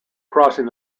crossing